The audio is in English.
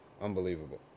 Unbelievable